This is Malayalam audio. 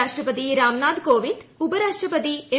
രാഷ്ട്രപതി രാംനാഥ് കോവിന്ദ് ഉപരാഷ്ട്രപതി എം